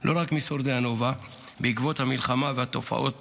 לא רק משורדי הנובה, בעקבות המלחמה והתופעות